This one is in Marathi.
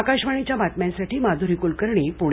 आकाशवाणीच्या बातम्यांसाठी माध्री कुलकर्णी पुणे